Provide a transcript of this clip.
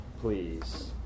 please